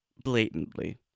blatantly